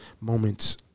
moments